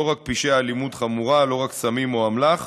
לא רק בפשעי אלימות חמורה, לא רק בסמים או באמל"ח,